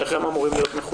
איך הם אמורים להיות מחולקים?